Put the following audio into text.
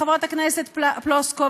חברת הכנסת פלוסקוב,